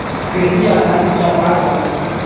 कृषि आधारित व्यापार होला